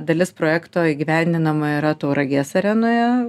dalis projekto įgyvendinama yra tauragės arenoje